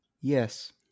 Yes